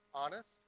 honest